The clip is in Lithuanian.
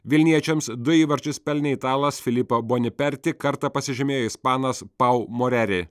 vilniečiams du įvarčius pelnė italas filipa boniperti kartą pasižymėjo ispanas pau moreri